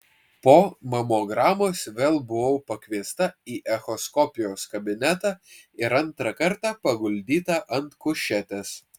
po mamogramos vėl buvau pakviesta į echoskopijos kabinetą ir antrą kartą paguldyta ant kušetės